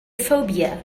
phobia